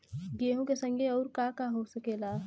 गेहूँ के संगे अउर का का हो सकेला?